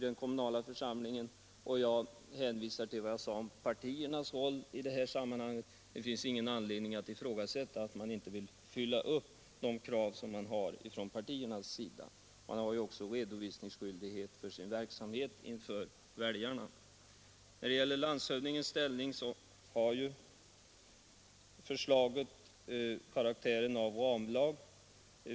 Jag vill också i detta sammanhang hänvisa till vad jag sade om partiernas roll. Det finns ingen anledning att ifrågasätta att partierna inte vill uppfylla kraven. Det föreligger ju också skyldighet att redovisa verksamheten för väljarna. När det gäller landshövdingens ställning har förslaget karaktären av ramlag.